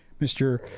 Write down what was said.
Mr